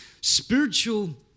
spiritual